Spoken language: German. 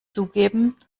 zugeben